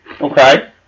Okay